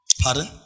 Pardon